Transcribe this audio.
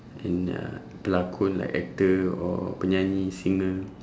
an uh pelakon like actor or penyanyi singer